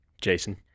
Jason